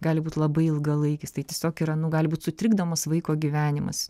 gali būt labai ilgalaikis tai tiesiog yra nu gali būt sutrikdomas vaiko gyvenimas